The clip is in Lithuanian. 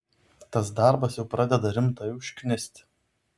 tas darbas jau pradeda rimtai užknist